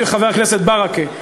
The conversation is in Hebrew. חבר הכנסת ברכה,